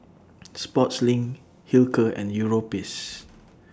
Sportslink Hilker and Europace